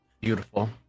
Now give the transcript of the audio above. beautiful